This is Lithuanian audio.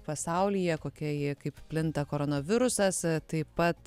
pasaulyje kokia ji kaip plinta koronavirusas taip pat